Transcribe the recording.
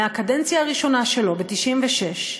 מהקדנציה הראשונה שלו ב-1996,